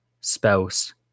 spouse